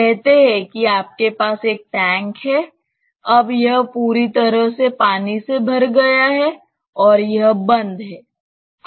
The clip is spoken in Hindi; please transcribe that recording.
कहते हैं कि आपके पास एक टैंक है अब यह पूरी तरह से पानी से भर गया है और यह बंद है